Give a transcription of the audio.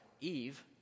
Eve